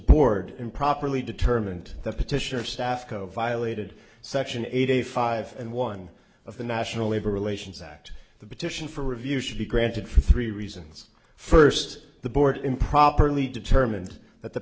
board improperly determined the petitioner staff co violated section eighty five and one of the national labor relations act the petition for review should be granted for three reasons first the board improperly determined that the